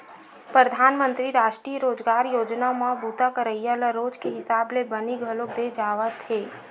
परधानमंतरी रास्टीय रोजगार योजना म बूता करइया ल रोज के हिसाब ले बनी घलोक दे जावथे